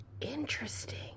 interesting